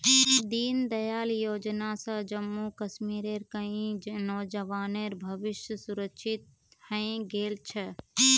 दीनदयाल योजना स जम्मू कश्मीरेर कई नौजवानेर भविष्य सुरक्षित हइ गेल छ